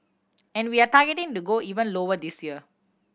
and we are targeting to go even lower this year